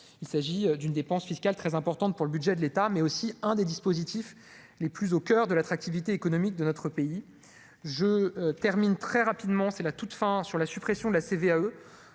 il s'agit d'une dépense fiscale très importante pour le budget de l'État mais aussi un des dispositifs les plus au coeur de l'attractivité économique de notre pays, je termine très rapidement, c'est la toute fin, sur la suppression de la CVAE,